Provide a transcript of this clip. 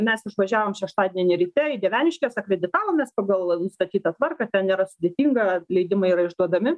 mes išvažiavom šeštadienį ryte į dieveniškes akreditavomės pagal nustatytą tvarką ten nėra sudėtinga leidimai yra išduodami